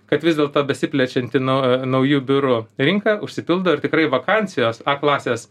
kad vis dėlto besiplečianti nu naujų biurų rinka užsipildo ir tikrai vakansijos a klasės